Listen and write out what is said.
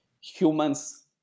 humans